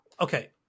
Okay